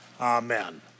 Amen